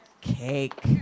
Cake